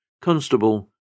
Constable